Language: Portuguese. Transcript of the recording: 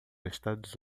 estados